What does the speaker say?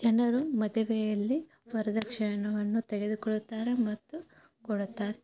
ಜನರು ಮದುವೆಯಲ್ಲಿ ವರದಕ್ಷಿಣೆಯನ್ನು ತೆಗೆದುಕೊಳ್ಳುತ್ತಾರೆ ಮತ್ತು ಕೊಡುತ್ತಾರೆ